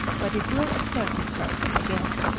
but it will assert itself again.